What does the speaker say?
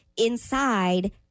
Inside